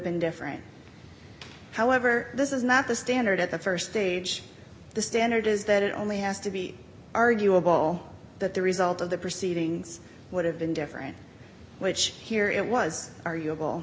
been different however this is not the standard at the st stage the standard is that it only has to be arguable that the result of the proceedings would have been different which here it was ar